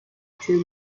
two